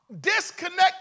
disconnect